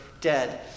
dead